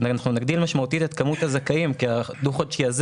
נגדיל משמעותית את מספר הזכאים כי הדו-חודשי הזה